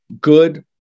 good